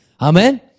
Amen